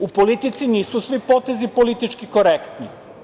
U politici nisu svi potezi politički korektni.